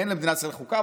אין למדינת ישראל חוקה,